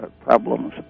problems